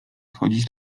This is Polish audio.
chodzić